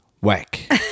Whack